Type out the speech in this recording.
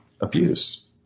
abuse